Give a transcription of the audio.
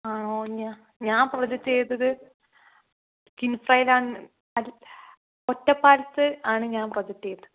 ആണോ ഞാൻ പ്രൊജക്റ്റ് ചെയ്തത് കിംഗ് സൈൻ ആൻഡ് ഒറ്റപ്പാലത്ത് ആണ് ഞാൻ പ്രോജെക്ടറ്റെയ്തത് പ്രൊജക്റ്റ് ചെയ്തത്